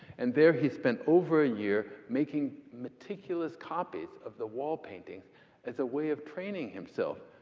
and there he spent over a year making meticulous copies of the wall paintings as a way of training himself.